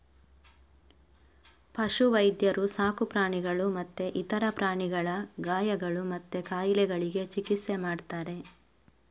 ಪಶು ವೈದ್ಯರು ಸಾಕು ಪ್ರಾಣಿಗಳು ಮತ್ತೆ ಇತರ ಪ್ರಾಣಿಗಳ ಗಾಯಗಳು ಮತ್ತೆ ಕಾಯಿಲೆಗಳಿಗೆ ಚಿಕಿತ್ಸೆ ಮಾಡ್ತಾರೆ